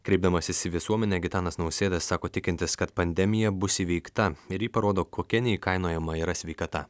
kreipdamasis į visuomenę gitanas nausėda sako tikintis kad pandemija bus įveikta ir ji parodo kokia neįkainojama yra sveikata